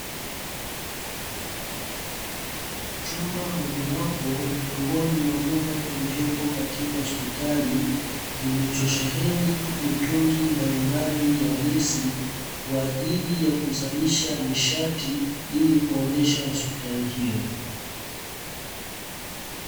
Chumba mojawapo miongoni mwa vyumba vilivyopo katika hospitali kilichosheheni mitungi mbalimbali ya gesi, kwa ajili ya kuzalisha nishati ili kuendesha hospitali hiyo.